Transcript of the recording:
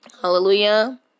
Hallelujah